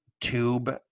tube